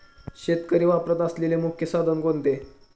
शेतकरी वापरत असलेले मुख्य साधन कोणते?